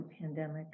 pandemic